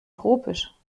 tropisch